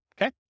okay